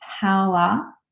power